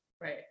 Right